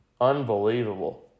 Unbelievable